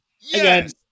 Yes